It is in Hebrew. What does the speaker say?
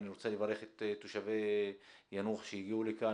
אני רוצה לברך את תושבי יאנוח שהגיעו לכאן,